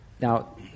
Now